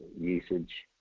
usage